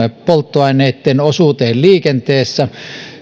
polttoaineitten osuuteen liikenteessä